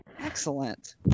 Excellent